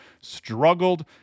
struggled